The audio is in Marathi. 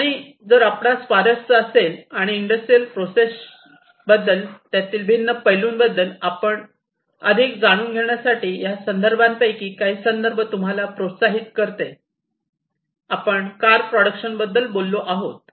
आणि जर आपणास स्वारस्य असेल आणि इंडस्ट्रियल प्रोसेसच्या बद्दल त्यातील भिन्न पैलूंबद्दल याबद्दल आपण अधिक जाणून घेण्यासाठी या संदर्भांपैकी काही संदर्भ तुम्हाला प्रोत्साहित करते आपण कार प्रोडक्शन बद्दल बोललो आहोत